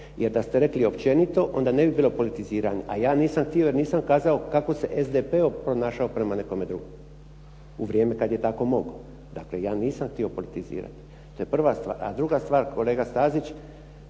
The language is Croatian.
jer da ste rekli općenito onda ne bi bilo politiziranje. A ja nisam htio jer nisam kazao kako se SDP ponašao prema nekome drugom u vrijeme kad je tako mogao. Dakle, ja nisam htio politizirati. To je prva stvar. A druga stvar, kolega Stazić,